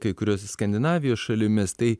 kai kurios skandinavijos šalimis tai